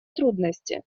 трудности